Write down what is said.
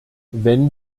wenn